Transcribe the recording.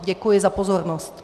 Děkuji za pozornost.